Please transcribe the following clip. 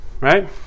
Right